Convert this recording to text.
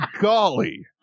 golly